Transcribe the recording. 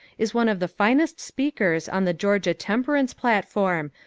is one of the finest speakers on the georgia temperance platform,